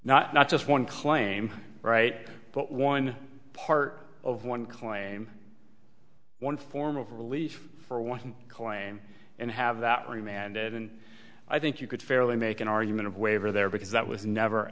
now not just one claim right but one part of one claim one form of relief for one claim and have that remand and i think you could fairly make an argument of waiver there because that was never